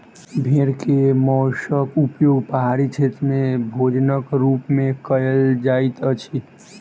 भेड़ के मौंसक उपयोग पहाड़ी क्षेत्र में भोजनक रूप में कयल जाइत अछि